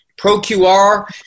ProQR